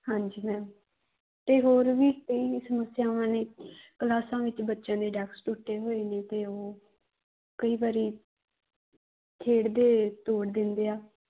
ਹਾਂਜੀ ਮੈਮ ਅਤੇ ਹੋਰ ਵੀ ਕਈ ਸਮੱਸਿਆਵਾਂ ਨੇ ਕਲਾਸਾਂ ਵਿੱਚ ਬੱਚਿਆਂ ਦੇ ਡੈਕਸ ਟੁੱਟੇ ਹੋਏ ਨੇ ਅਤੇ ਉਹ ਕਈ ਵਾਰੀ ਖੇਡਦੇ ਤੋੜ ਦਿੰਦੇ ਆ